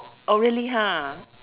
oh really ha